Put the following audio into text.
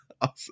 Awesome